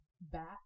bat